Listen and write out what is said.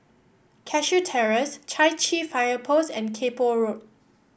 Cashew Terrace Chai Chee Fire Post and Kay Poh Road